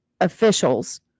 officials